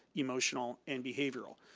emotional, and behavioral.